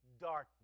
darkness